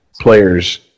players